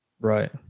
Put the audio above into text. Right